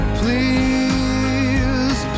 please